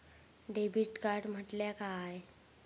Debit card म्हटल्या काय?